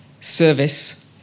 service